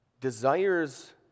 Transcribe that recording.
desires